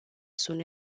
sunt